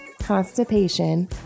constipation